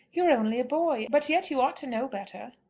you are only a boy, but yet you ought to know better.